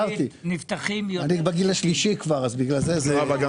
אנחנו הראינו באותו דיון בוועדת הכלכלה לצערי,